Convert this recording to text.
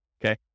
okay